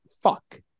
fuck